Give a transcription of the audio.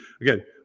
again